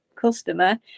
customer